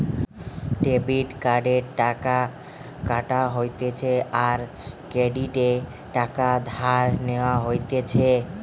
debit কার্ডে টাকা কাটা হতিছে আর ক্রেডিটে টাকা ধার নেওয়া হতিছে